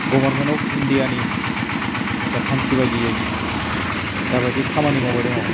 government of इण्डियानि जा थांखि बायदियै जा बायदियै खामानि मावबाय दङ